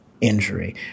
injury